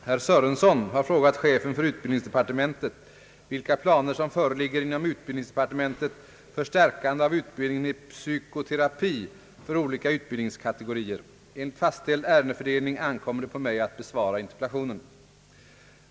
Herr talman! Herr Sörenson har frågat chefen för utbildningsdepartementet vilka planer som föreligger inom utbildningsdepartementet för stärkande av utbildningen i psykoterapi för olika utbildningskategorier. Enligt fastställd ärendefördelning ankommer det på mig att besvara interpellationen.